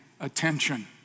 attention